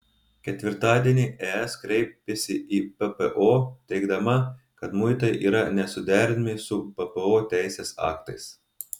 ketvirtadienį es kreipėsi į ppo teigdama kad muitai yra nesuderinami su ppo teisės aktais